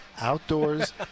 outdoors